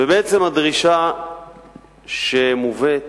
ובעצם הדרישה שמובאת